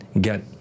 get